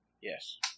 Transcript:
Yes